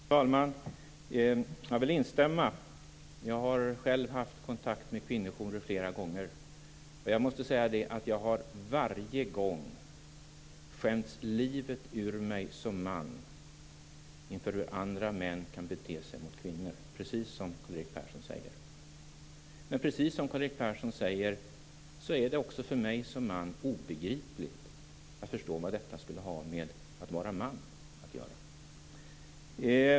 Fru talman! Jag vill instämma. Jag har själv haft kontakt med kvinnojourer flera gånger. Jag måste säga att jag har varje gång skämts livet ur mig som man inför hur andra män kan bete sig mot kvinnor - precis som Karl-Erik Persson säger. Men precis som Karl-Erik Persson säger är det också för mig som man obegripligt att förstå vad detta skulle ha med att vara man att göra.